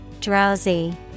Drowsy